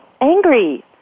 angry